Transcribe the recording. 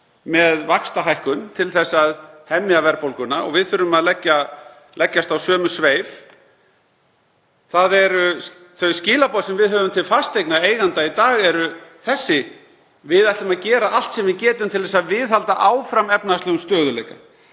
með vaxtahækkunum til að hemja verðbólguna og við þurfum að leggjast á sömu sveif. Þau skilaboð sem við höfum til fasteignaeigenda í dag eru þessi: Við ætlum að gera allt sem við getum til að viðhalda áfram efnahagslegum stöðugleika